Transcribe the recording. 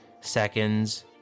seconds